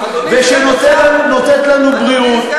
שנותנת לנו בריאות,